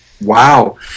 wow